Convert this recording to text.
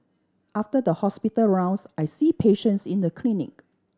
after the hospital rounds I see patients in the clinic